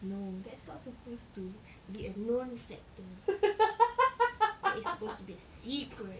no that's not supposed to be a known fact to him that is supposed to be a secret